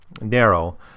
narrow